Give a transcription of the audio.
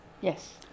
Yes